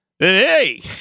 Hey